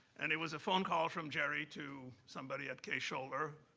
and it was a phone call from jerry to somebody at kaye scholer,